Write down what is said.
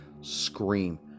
scream